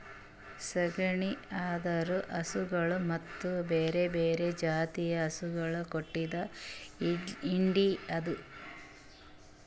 ಸಗಣಿ ಅಂದುರ್ ಹಸುಗೊಳ್ ಮತ್ತ ಬ್ಯಾರೆ ಬ್ಯಾರೆ ಜಾತಿದು ಹಸುಗೊಳ್ ಕೊಟ್ಟಿದ್ ಹೆಂಡಿ ಅದಾ